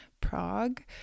Prague